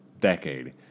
decade